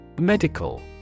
Medical